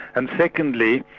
and secondly,